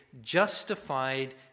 justified